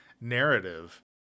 narrative